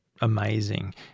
amazing